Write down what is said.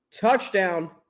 touchdown